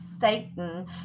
Satan